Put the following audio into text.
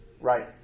Right